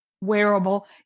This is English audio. wearable